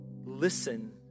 listen